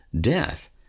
death